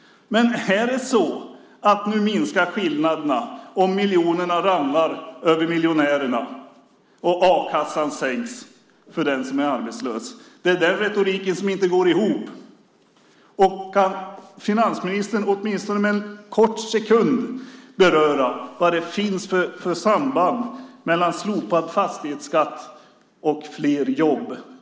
Ni säger att ni minskar skillnaderna när miljonerna rullar över miljonärerna och a-kassan sänks för den som är arbetslös. Den retoriken går inte ihop. Kan finansministern åtminstone en kort sekund beröra sambandet mellan slopad fastighetsskatt och flera jobb?